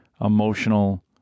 emotional